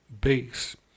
base